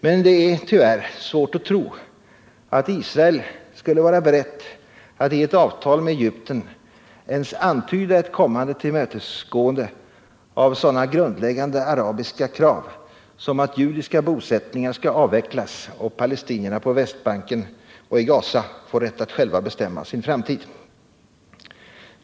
Men det är tyvärr svårt att tro att Israel skulle vara berett att i ett avtal med Egypten ens antyda ett kommande tillmötesgående av sådana grundläggande arabiska krav som att judiska bosättningar skall avvecklas och att palestinierna på Västbanken och i Gaza skall få rätt att själva bestämma sin framtid.